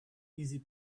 easy